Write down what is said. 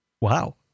Wow